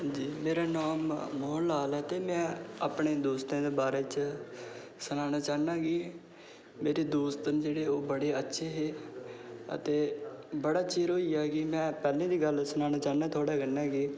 मेरा नांऽ मोहन लाल ऐ ते में अपने दोस्तें दे बारे च सनाना चाह्नां की मेरे दोस्त न जेह्ड़े ओह् बड़े अच्छे हे बड़ा चिर होई गेआ कि में पैह्लें दी गल्ल सनाना चाह्न्नां थुहाड़े कन्नै की